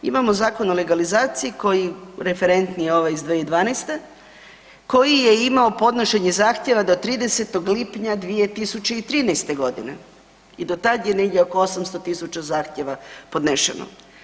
Imamo Zakon o legalizaciji koji referentniji je ovaj iz 2012., koji je imao podnošenje zahtjeva do 30. lipnja 2013. g. i do tad je negdje oko 800 tisuća zahtjeva podnešeno.